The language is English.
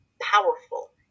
powerful